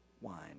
wine